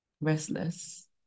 restless